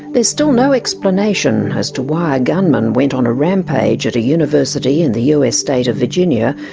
is still no explanation as to why a gunmen went on a rampage at a university in the us state of virginia,